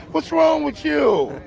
what's wrong with you?